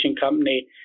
company